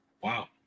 Wow